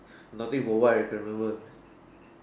nothing for what is sensible